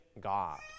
God